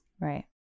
Right